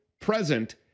present